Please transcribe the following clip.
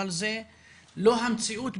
אבל זה לא המציאות,